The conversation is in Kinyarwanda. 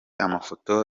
amafoto